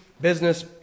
business